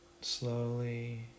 slowly